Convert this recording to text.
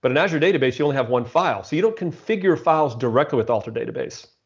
but in azure database, you only have one file, so you don't configure files directly with alter database.